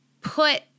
put